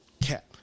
cap